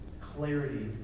clarity